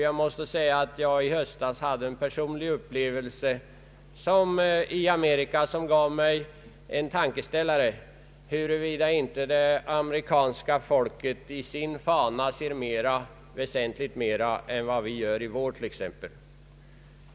Jag hade i höstas en personlig upplevelse i Amerika som gav mig en tankeställare om inte det amerikanska folket i sin fana ser väsentligt mer än vi gör i vår.